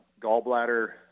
gallbladder